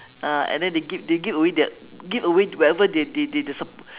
ah and then they give they give away their give away whatever they they they they some